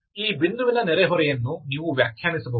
ಈ ಬಿಂದುವಿನ ನೆರೆಹೊರೆಯನ್ನು ನೀವು ವ್ಯಾಖ್ಯಾನಿಸಬಹುದು